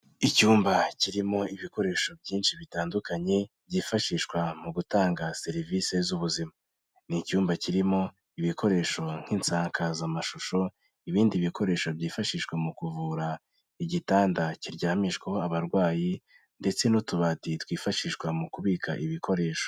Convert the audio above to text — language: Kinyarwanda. Icyumba kirimo ibikoresho byinshi bitandukanye byifashishwa mu gutanga serivisi z'ubuzima. Ni icyumba kirimo ibikoresho nk'insakazamashusho, ibindi bikoresho byifashishwa mu kuvura, igitanda kiryamishwaho abarwayi ndetse n'utubati twifashishwa mu kubika ibikoresho.